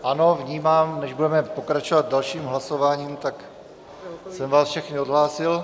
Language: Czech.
Ano, vnímám, než budeme pokračovat dalším hlasováním, tak jsem vás všechny odhlásil.